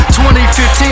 2015